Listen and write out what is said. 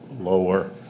lower